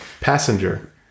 Passenger